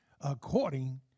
according